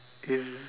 is